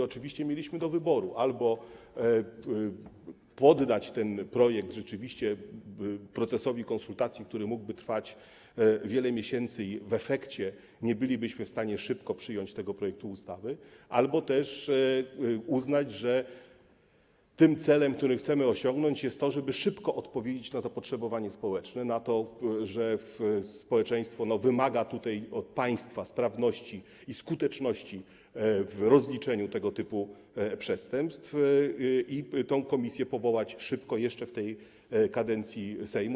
Oczywiście mieliśmy do wyboru albo rzeczywiście poddać ten projekt procesowi konsultacji, który mógłby trwać wiele miesięcy i w efekcie nie bylibyśmy w stanie szybko przyjąć tego projektu ustawy, albo też uznać, że celem, który chcemy osiągnąć, jest to, żeby szybko odpowiedzieć na zapotrzebowanie społeczne, na to, że społeczeństwo wymaga od państwa sprawności i skuteczności w rozliczeniu tego typu przestępstw, i tę komisję powołać jeszcze w tej kadencji Sejmu.